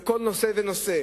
בכל נושא ונושא.